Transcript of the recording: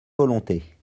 volontés